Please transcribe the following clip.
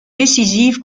décisive